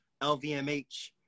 LVMH